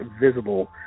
visible